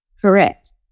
correct